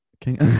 King